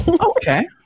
Okay